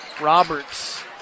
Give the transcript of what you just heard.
Roberts